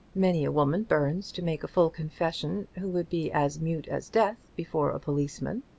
many a woman burns to make a full confession, who would be as mute as death before a policeman.